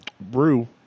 Brew